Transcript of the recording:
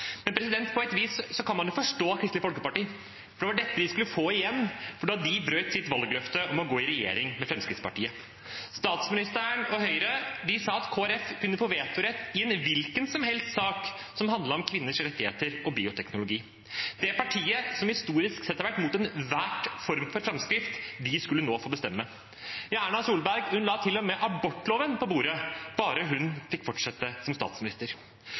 På et vis kan man forstå Kristelig Folkeparti, for det var dette de skulle få igjen da de valgte å bryte sitt valgløfte og gikk i regjering med Fremskrittspartiet. Statsministeren og Høyre sa at Kristelig Folkeparti kunne få vetorett i en hvilken som helst sak som handlet om kvinners rettigheter og bioteknologi. Det partiet som historisk sett har vært mot enhver form for framskritt, skulle nå få bestemme. Ja, Erna Solberg la til og med abortloven på bordet – bare hun fikk fortsette som statsminister.